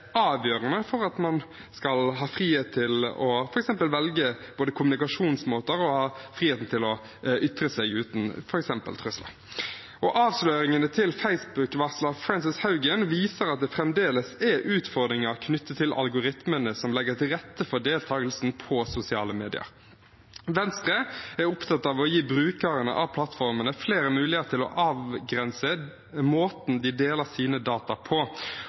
avgjørende for at man f.eks. skal ha både frihet til å velge kommunikasjonsmåter og frihet til å ytre seg uten f.eks. trusler. Avsløringene til Facebook-varsler Frances Haugen viser at det fremdeles er utfordringer knyttet til algoritmene som legger til rette for deltagelsen på sosiale medier. Venstre er opptatt av å gi brukerne av plattformene flere muligheter til å avgrense måten de deler sine data på.